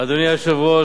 אדוני היושב-ראש,